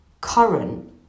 current